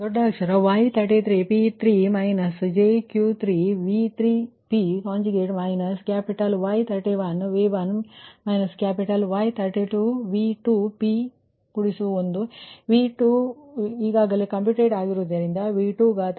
capital ಅಕ್ಷರ Y33 P3 - jQ3 V3p conjugate minus capital Y31 V1 minus capital Y32V2p1 ಏಕೆಂದರೆ V2 ಈಗಾಗಲೇ computed ಆಗಿರುವುದರಿಂದ ನಾನು V2P1 ಅನ್ನು ನಾನು ಬರೆಯುತ್ತಿದ್ದೇನೆ